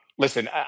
Listen